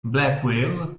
blackwell